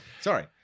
sorry